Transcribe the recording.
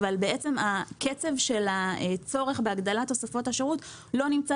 אבל הקצב של הצורך בהגדלת תוספות השירות לא נמצא